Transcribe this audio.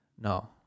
no